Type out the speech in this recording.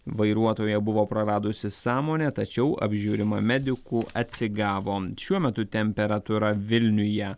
vairuotoja buvo praradusi sąmonę tačiau apžiūrima medikų atsigavo šiuo metu temperatūra vilniuje